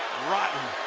rotten.